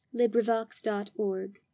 LibriVox.org